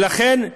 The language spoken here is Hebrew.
לכן,